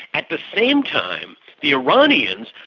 at the same time, the iranians,